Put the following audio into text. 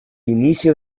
inicio